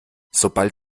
sobald